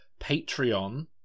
Patreon